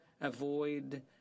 avoid